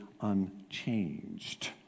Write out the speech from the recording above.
unchanged